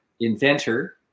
inventor